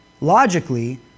Logically